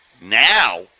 Now